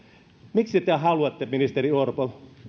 miksi te haluatte ministeri orpo